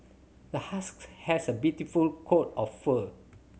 the husky has a beautiful coat of fur